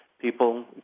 People